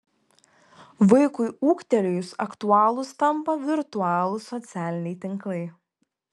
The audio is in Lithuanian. vaikui ūgtelėjus aktualūs tampa virtualūs socialiniai tinklai